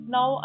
Now